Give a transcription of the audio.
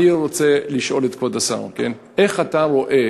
אני רוצה לשאול את כבוד השר: איך אתה רואה